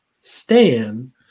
Stan